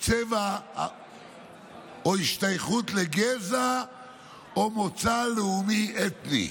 צבע או השתייכות לגזע או מוצא לאומי-אתני".